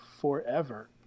forever